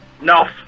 No